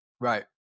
Right